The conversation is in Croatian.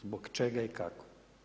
Zbog čega i kako?